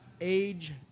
age